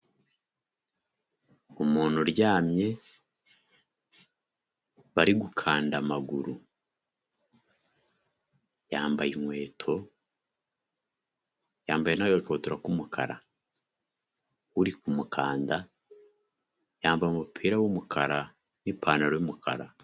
Umuntu uryamye, bari gukanda amaguru. Yambaye inkweto, yambaye n'agakabutura k'umukara. Uri kumukanda, yambaye umupira w'umukara n'ipantaro y'umukara.